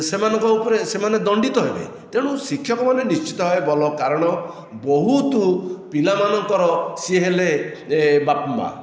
ସେମାନଙ୍କ ଉପରେ ସେମାନେ ଦଣ୍ଡିତ ହେବେ ତେଣୁ ଶିକ୍ଷକମାନେ ନିଶ୍ଚିତ ଭାବେ ଭଲ କାରଣ ବହୁତ ପିଲାମାନଙ୍କର ସିଏ ହେଲେ ବାପା ମା